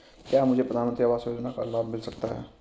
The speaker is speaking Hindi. क्या मुझे प्रधानमंत्री आवास योजना का लाभ मिल सकता है?